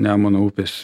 nemuno upės